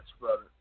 brother